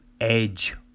edge